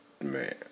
Man